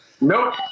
nope